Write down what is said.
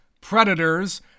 Predators